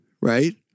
right